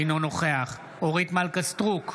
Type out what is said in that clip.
אינו נוכח אורית מלכה סטרוק,